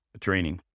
training